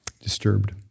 disturbed